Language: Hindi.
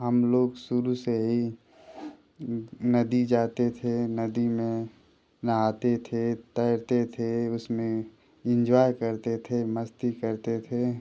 हम लोग शुरू से ही नदी जाते थे नदी में नहाते थे तैरते थे उसमें इंजॉय करते थे मस्ती करते थे